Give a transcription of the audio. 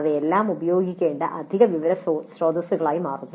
അവയെല്ലാം ഉപയോഗിക്കേണ്ട അധിക വിവര സ്രോതസ്സുകളായി മാറുന്നു